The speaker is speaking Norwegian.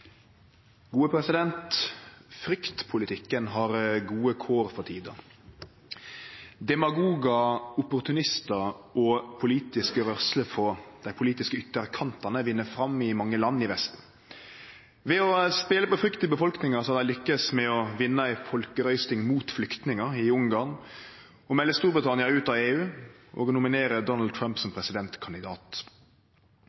gode kår for tida. Demagogar, opportunistar og politiske rørsler frå dei politiske ytterkantane vinn fram i mange land i Vesten. Ved å spele på frykt i befolkninga har dei lukkast med å vinne ei folkerøysting mot flyktningar i Ungarn, å melde Storbritannia ut av EU og å nominere Donald Trump som